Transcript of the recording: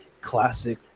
classic